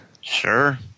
Sure